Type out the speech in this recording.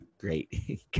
great